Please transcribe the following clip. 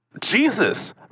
Jesus